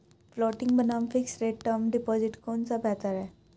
Floating बनाम fixed rate term deposit कौन सा बेहतर है?